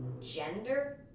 gender